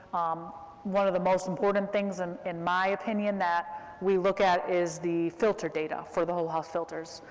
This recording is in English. um one of the most important things, and in my opinion, that we look at is the filter data for the whole house filters,